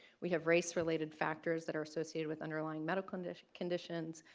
we have race related factors that are associated with underlying medical and conditions,